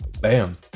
Bam